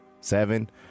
seven